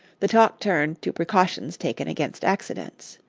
the talk turned to precautions taken against accidents.